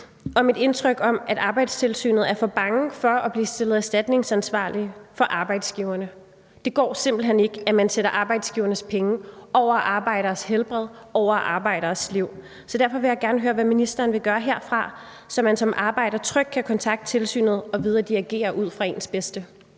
og det indtryk, at Arbejdstilsynet er for bange for at blive gjort erstatningsansvarlig over for arbejdsgiverne. Det går simpelt hen ikke, at man sætter arbejdsgiveres penge over arbejderes helbred og arbejderes liv. Derfor vil jeg gerne høre, hvad ministeren vil gøre herfra, så man som arbejder trygt kan kontakte tilsynet og vide, at de agerer med ens bedste